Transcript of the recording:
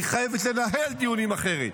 היא חייבת לנהל דיונים אחרת,